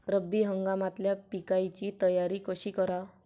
रब्बी हंगामातल्या पिकाइची तयारी कशी कराव?